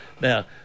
Now